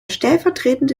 stellvertretende